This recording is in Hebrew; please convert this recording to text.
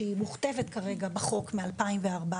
שהיא מוכתבת כרגע בחוק מ-2014,